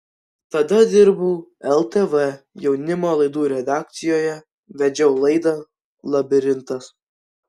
tada dirbau ltv jaunimo laidų redakcijoje vedžiau laidą labirintas